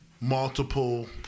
multiple